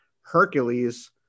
Hercules